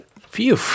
Phew